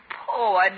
poor